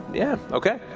yeah, okay.